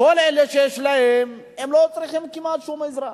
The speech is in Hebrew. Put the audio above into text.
כל אלה שיש להם לא צריכים כמעט שום עזרה.